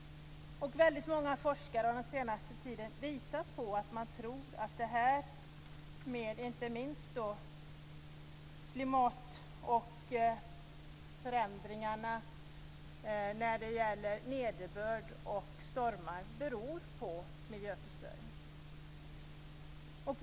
Väldigt många forskare har under den senaste tiden visat på att man tror att det här, inte minst klimatförändringarna och förändringarna när det gäller nederbörd och stormar, beror på miljöförstöring.